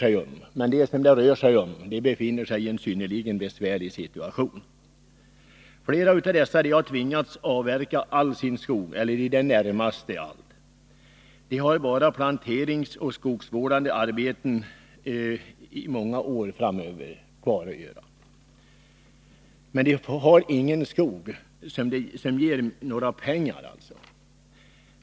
Men de som drabbats befinner sig i en synnerligen besvärlig situation. Flera av dem har tvingats avverka i det närmaste all skog. I många år framöver återstår för dem endast plantering och skogsvårdande uppgifter. Någon skog som ger pengar har de emellertid inte.